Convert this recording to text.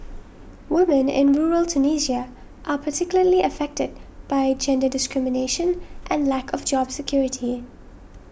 woman in rural Tunisia are particularly affected by gender discrimination and lack of job security